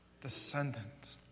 descendant